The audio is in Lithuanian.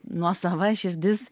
nuosava širdis